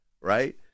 right